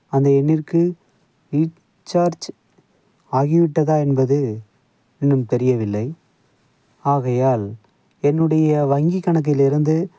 அந்த எண்ணிற்கு ரீசார்ஜ் ஆகிவிட்டதா என்பது இன்னும் தெரியவில்லை ஆகையால் என்னுடைய வங்கிக் கணக்கிலிருந்து